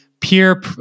peer